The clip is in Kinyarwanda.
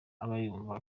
abayumva